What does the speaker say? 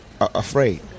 afraid